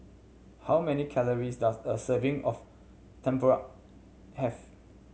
how many calories does a serving of tempoyak have